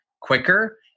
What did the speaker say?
quicker